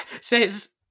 says